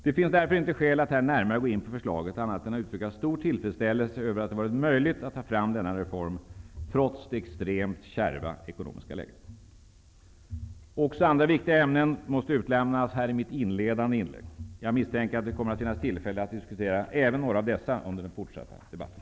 Det finns därför inte skäl att här gå närmare in på förslaget än att uttrycka stor tillfredsställelse över att det har varit möjligt att ta fram denna reform trots det extremt kärva ekonomiska läget. Också andra viktiga ämnen måste utelämnas här i mitt inledande inlägg. Jag misstänker att det kommer att finnas tillfälle att diskutera även några av dessa ämnen under den fortsatta debatten.